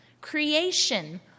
Creation